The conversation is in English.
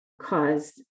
caused